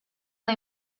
una